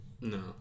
No